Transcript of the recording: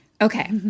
Okay